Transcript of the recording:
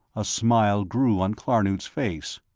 a smile grew on klarnood's face.